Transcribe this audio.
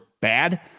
bad